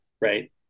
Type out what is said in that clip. Right